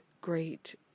great